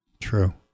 True